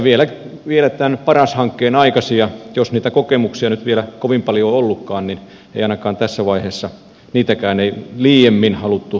myöskään tämän paras hankkeen aikaisia kokemuksia jos niitä nyt vielä kovin paljon on ollutkaan ainakaan tässä vaiheessa ei liiemmin haluttu kuulla